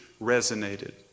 resonated